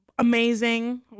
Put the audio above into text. amazing